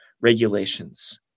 regulations